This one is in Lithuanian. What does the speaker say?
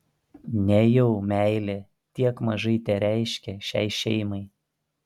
nejau meilė tiek mažai tereiškia šiai šeimai